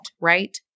right